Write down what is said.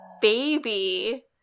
baby